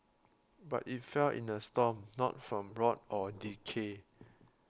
but it fell in a storm not from rot or decay